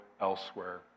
elsewhere